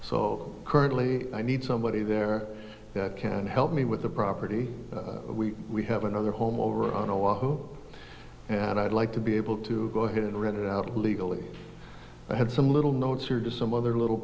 so currently i need somebody there that can help me with the property we have another home over on oahu and i'd like to be able to go ahead and rent it out legally i had some little notes or just some other little